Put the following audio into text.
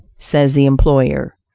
says the employer.